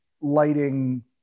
lighting